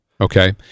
okay